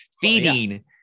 Feeding